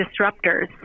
disruptors